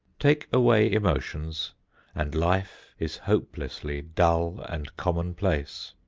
take away emotions and life is hopelessly dull and commonplace.